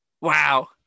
wow